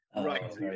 Right